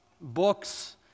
books